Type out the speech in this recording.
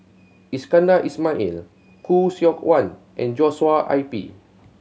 Iskandar Ismail Khoo Seok Wan and Joshua I P